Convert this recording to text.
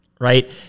right